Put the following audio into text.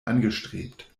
angestrebt